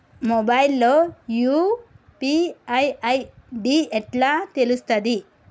Mobile లో UPI ID ఎట్లా తెలుస్తది?